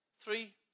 three